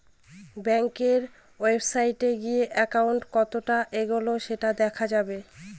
ব্যাঙ্কের ওয়েবসাইটে গিয়ে একাউন্ট কতটা এগোলো সেটা দেখা যাবে